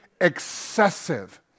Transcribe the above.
Excessive